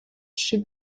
she